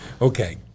Okay